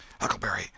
Huckleberry